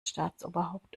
staatsoberhaupt